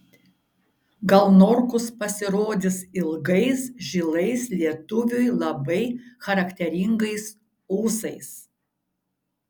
gal norkus pasirodys ilgais žilais lietuviui labai charakteringais ūsais